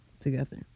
together